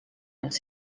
dels